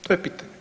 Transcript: To je pitanje.